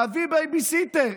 להביא בייביסיטר,